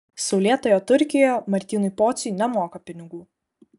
saulėtoje turkijoje martynui pociui nemoka pinigų